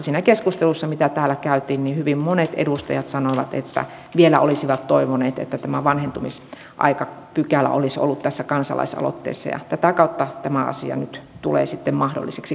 siinä keskustelussa mitä täällä käytiin hyvin monet edustajat sanoivat että vielä olisivat toivoneet että tämä vanhentumisaikapykälä olisi ollut tässä kansalaisaloitteessa ja tätä kautta tämä asia nyt tulee mahdolliseksi korjata